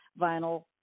vinyl